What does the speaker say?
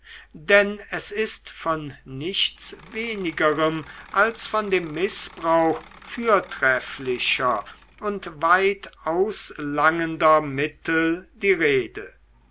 denn es ist von nichts wenigerem als von dem mißbrauch fürtrefflicher und weit auslangender mittel die rede